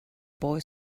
boy